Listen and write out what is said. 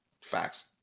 Facts